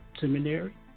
seminary